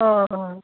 অঁ অঁ